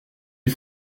les